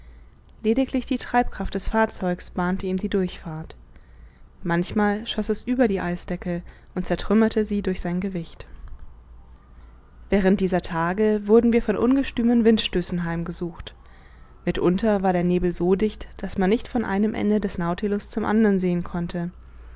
lediglich die treibkraft des fahrzeugs bahnte ihm die durchfahrt manchmal schoß es über die eisdecke und zertrümmerte sie durch sein gewicht während dieser tage wurden wir von ungestümen windstößen heimgesucht mitunter war der nebel so dicht daß man nicht von einem ende des nautilus zum anderen sehen konnte